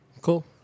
Cool